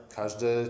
każde